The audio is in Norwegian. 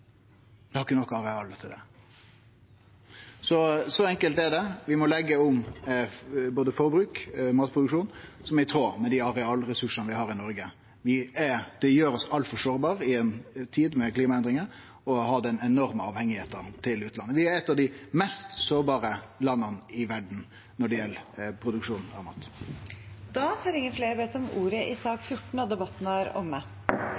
Så enkelt er det: Vi må leggje om både forbruk og matproduksjon i tråd med dei arealresursane vi har i Noreg. Det gjer oss altfor sårbare i ei tid med klimaendringar å ha den enorme avhengigheita av utlandet. Vi er eit av dei mest sårbare landa i verda når det gjeld produksjon av mat. Flere har ikke bedt om ordet